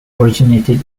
originated